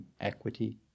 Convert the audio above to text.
equity